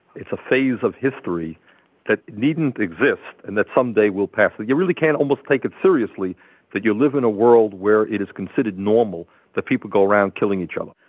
it's a phase of history that needn't exist and that some day will pass, and you really can't almost take it seriously that you live in a world where it is considered normal that people go around killing each other.